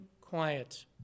quiet